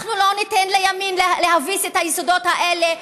אנחנו לא ניתן לימין להביס את היסודות האלה,